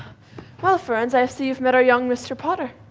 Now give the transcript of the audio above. well firenze, i see you've met our young mr. potter.